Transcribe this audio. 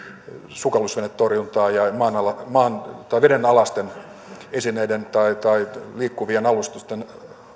sukellusvenetorjuntaa ja vedenalaisten esineiden tai liikkuvien alusten